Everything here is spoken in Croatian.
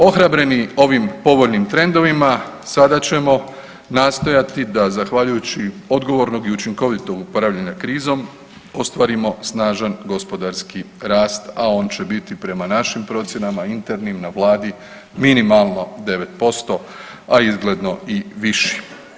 Ohrabreni ovim povoljnim trendovima sada ćemo nastojati da zahvaljujući odgovornog i učinkovito upravljanja krizom ostvarimo snažan gospodarski rast, a on će biti prema našim procjenama internim na Vladi minimalno 9%, a izgledno i viši.